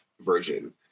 version